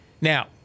Now